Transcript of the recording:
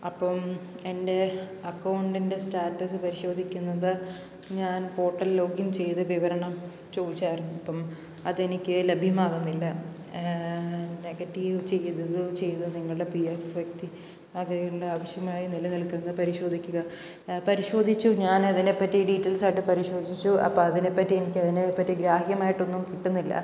അപ്പം എൻ്റെ അക്കൗണ്ടിൻ്റെ സ്റ്റാറ്റസ് പരിശോധിക്കുന്നത് ഞാൻ പോർട്ടൽ ലോഗിൻ ചെയ്ത് വിവരണം ചോദിച്ചിരുന്നു അപ്പം അതെനിക്ക് ലഭ്യമാവുന്നില്ല നെഗറ്റീവ് ചെയ്തത് ചെയ്ത് നിങ്ങളുടെ പി എഫ് വ്യക്തി അതിൻറെ ആവശ്യമായി നിലനിൽക്കുന്നത് പരിശോധിക്കുക പരിശോധിച്ച് ഞാൻ അതിനെ പറ്റി ഡീറ്റെയിൽസ് ആയിട്ട് പരിശോധിച്ചു അപ്പം അതിനെ പറ്റി എനിക്ക് അതിനെ പറ്റി ഗ്രാഹ്യമായിട്ടൊന്നും കിട്ടുന്നില്ല